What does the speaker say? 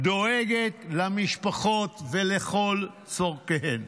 דואגת למשפחות ולכל צורכיהן.